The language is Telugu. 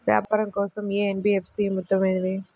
వ్యాపారం కోసం ఏ ఎన్.బీ.ఎఫ్.సి ఉత్తమమైనది?